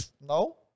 No